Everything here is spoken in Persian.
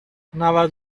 نود